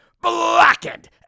blackened